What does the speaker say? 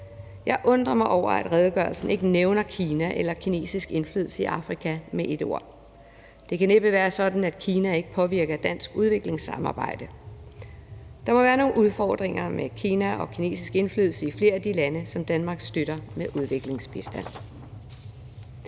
Jeg undrer mig over, at redegørelsen ikke nævner Kina eller kinesisk indflydelse i Afrika med ét ord. Det kan næppe være sådan, at Kina ikke påvirker dansk udviklingssamarbejde. Der må være nogle udfordringer med Kina og kinesisk indflydelse i flere af de lande, som Danmark støtter med udviklingsbistand.